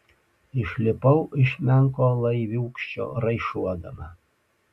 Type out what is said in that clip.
išlipau iš menko laiviūkščio raišuodama